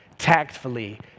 tactfully